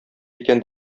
икән